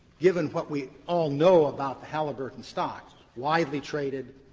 given what we all know about the halliburton stocks widely traded,